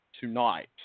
tonight